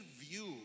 view